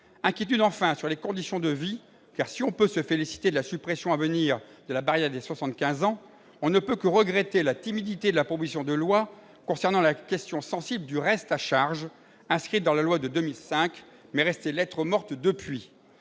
porte enfin sur les conditions de vie, car, si l'on peut se féliciter de la suppression à venir de la barrière des soixante-quinze ans, l'on ne peut que regretter la timidité de la proposition de loi concernant la question sensible du reste à charge, inscrite dans la loi de 2005, mais restée lettre morte depuis